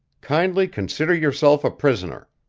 kindly consider yourself a prisoner!